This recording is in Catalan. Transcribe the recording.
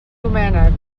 doménec